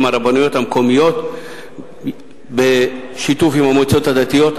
הרבנויות המקומיות בשיתוף עם המועצות הדתיות.